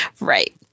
Right